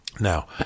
Now